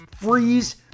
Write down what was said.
Freeze